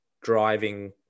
driving